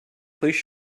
please